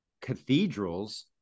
cathedrals